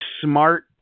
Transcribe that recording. smart